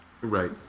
right